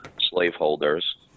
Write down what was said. slaveholders